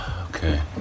Okay